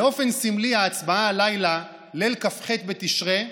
באופן סמלי ההצבעה הלילה, ליל כ"ח בתשרי,